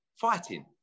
fighting